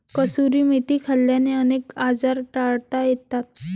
कसुरी मेथी खाल्ल्याने अनेक आजार टाळता येतात